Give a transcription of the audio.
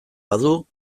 badu